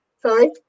Sorry